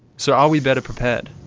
so, are we better prepared?